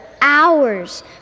hours